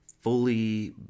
fully